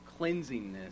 cleansingness